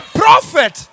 prophet